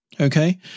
Okay